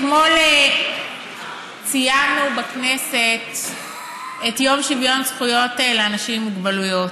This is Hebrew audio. אתמול ציינו בכנסת את יום שוויון זכויות לאנשים עם מוגבלות,